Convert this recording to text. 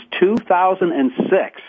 2006